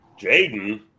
Jaden